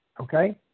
okay